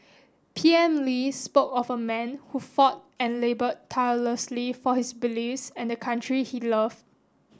P M Lee spoke of a man who fought and laboured tirelessly for his beliefs and the country he loved